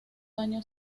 daño